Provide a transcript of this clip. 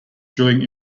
drilling